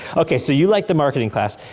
okay, so you like the marketing class.